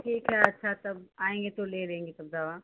ठीक है अच्छा तब आयेंगे तो ले लेंगे सब दवा